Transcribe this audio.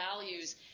values